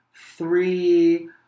Three